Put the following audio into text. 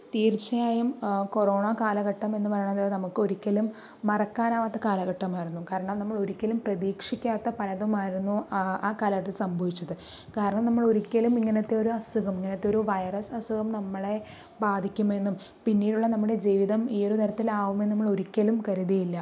തീർച്ചയായും കൊറോണ കാലഘട്ടം എന്ന് പറയുന്നത് നമുക്ക് ഒരിക്കലും മറക്കാൻ ആകാത്ത കാലഘട്ടമായിരുന്നു കാരണം നമ്മൾ ഒരിക്കലും പ്രതീക്ഷിക്കാത്ത പലതും ആയിരുന്നു ആ കാലഘട്ടത്തിൽ സംഭവിച്ചത് കാരണം നമ്മൾ ഒരിക്കലും ഇങ്ങനത്തെ ഒര് അസുഖം ഇങ്ങനത്തെ ഒരു വൈറസ് അസുഖം നമ്മളെ ബാധിക്കുമെന്നും പിന്നീട് ഉള്ള നമ്മുടെ ജീവിതം ഈ ഒരു തരത്തിൽ ആകുമെന്ന് നമ്മൾ ഒരിക്കലും കരുതിയില്ല